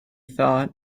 thought